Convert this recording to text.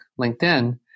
LinkedIn